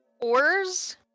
ores